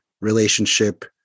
relationship